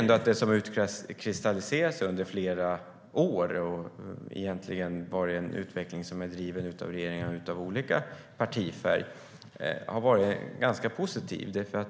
Det som utkristalliserat sig under flera år är en utveckling som är driven av regeringar av olika partifärg och som varit ganska positiv.